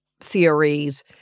theories